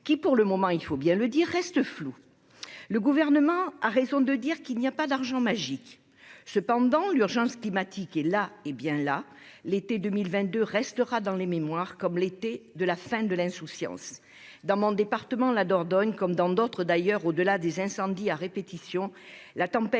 qui, pour le moment, restent assez flous. Le Gouvernement a raison de dire qu'il n'y a pas d'argent magique. Mais l'urgence climatique est là, et bien là. L'été 2022 restera dans les mémoires comme l'été de la fin de l'insouciance. Dans mon département, comme dans d'autres d'ailleurs, au-delà des incendies à répétition, la tempête